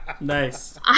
Nice